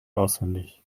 auswendig